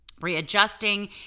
readjusting